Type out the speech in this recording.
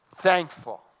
thankful